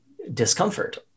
discomfort